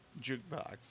Jukebox